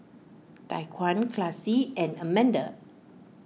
Tyquan Classie and Amanda